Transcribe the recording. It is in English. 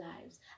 lives